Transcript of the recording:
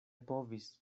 povis